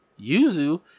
Yuzu